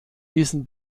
diesen